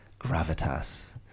gravitas